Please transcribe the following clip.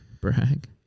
Brag